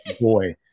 boy